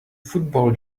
football